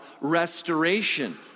restoration